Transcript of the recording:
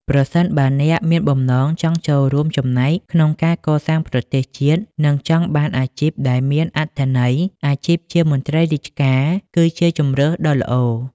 ប្រសិនបើអ្នកមានបំណងចង់ចូលរួមចំណែកក្នុងការកសាងប្រទេសជាតិ និងចង់បានអាជីពដែលមានអត្ថន័យ អាជីពជាមន្ត្រីរាជការគឺជាជម្រើសដ៏ល្អ។